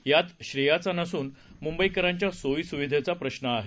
यात श्रेयाचा नसून मुंबईकरांच्या सोयीसुविघेचा प्रश्न आहे